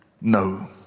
No